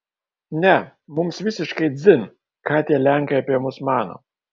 ne mums visiškai dzin ką tie lenkai apie mus mano